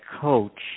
coach